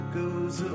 goes